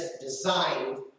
designed